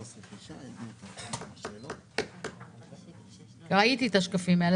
6. ראיתי את השקפים האלה.